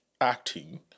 acting